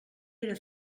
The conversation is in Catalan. era